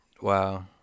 Wow